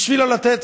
בשביל לא לתת.